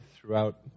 throughout